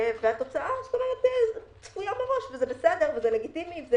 התוצאה צפויה מראש, וזה בסדר ולגיטימי.